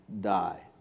die